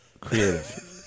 Creative